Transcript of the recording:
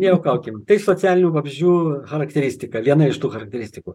nejuokaukim tai socialinių vabzdžių charakteristika viena iš tų charakteristikų